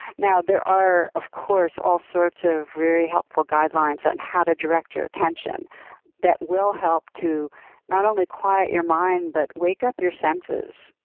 now there are, of course, all sorts of very helpful guidelines on how to direct your attention that will help to not only quiet your mind but wake up your senses.